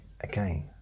again